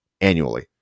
annually